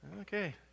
Okay